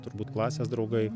turbūt klasės draugai